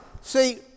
see